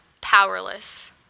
powerless